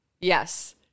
Yes